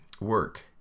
work